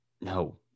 No